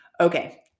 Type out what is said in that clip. Okay